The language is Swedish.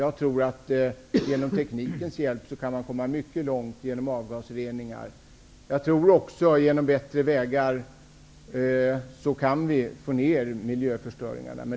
Med teknikens hjälp kan man komma mycket långt, genom avgasrening. Med bättre vägar kan vi också få ner miljöförstöringen.